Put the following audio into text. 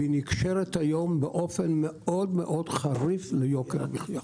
והיא נקשרת היום באופן מאוד חריף ליוקר המחיה.